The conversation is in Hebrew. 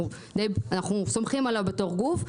שאנחנו סומכים עליו בתור גוף,